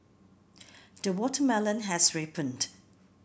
the watermelon has ripened